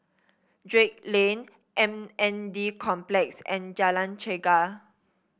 Drake Lane M N D Complex and Jalan Chegar